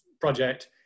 project